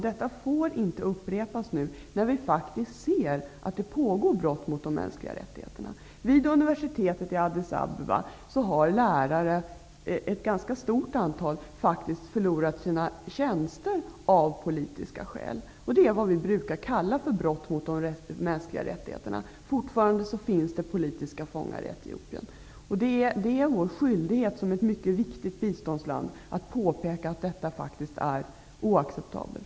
Detta får inte upprepas nu när vi faktiskt ser att det sker brott mot de mänskliga rättigheterna. Vid universitetet i Addis Abeba har faktiskt ett stort antal lärare förlorat sina tjänster av politiska skäl. Det är faktiskt vad vi brukar kalla brott mot de mänskliga rättigheterna. Fortfarande finns det politiska fångar i Etiopien. Det är vår skyldighet såsom ett mycket viktigt biståndsland att påpeka att detta faktiskt är oacceptabelt.